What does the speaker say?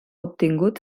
obtingut